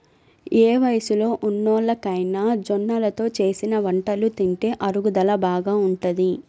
ఏ వయస్సులో ఉన్నోల్లకైనా జొన్నలతో చేసిన వంటలు తింటే అరుగుదల బాగా ఉంటది